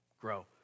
grow